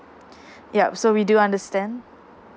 yup so we do understand